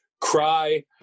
cry